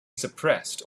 suppressed